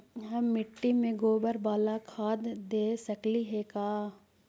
हम मिट्टी में गोबर बाला खाद दे सकली हे का?